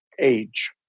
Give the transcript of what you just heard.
age